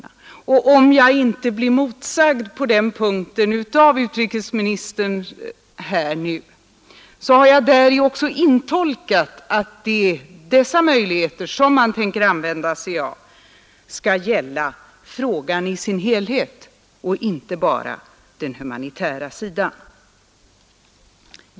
Om jag på den punkten inte blir motsagd av utrikesministern här nu, har jag däri också intolkat, att dessa möjligheter som man tänker använda sig av skall gälla frågan i dess helhet och inte bara den humanitära sidan.